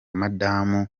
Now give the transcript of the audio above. madamu